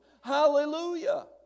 Hallelujah